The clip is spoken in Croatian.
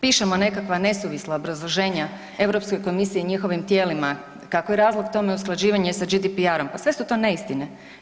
Pišemo nekakva nesuvisla obrazloženja EU komisiji i njihovim tijelima kako je razlog tome usklađivanje sa GDPR-om, pa sve su to neistine.